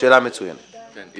אנחנו מובטלים.